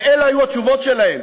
ואלה היו התשובות שלהם.